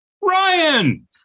Ryan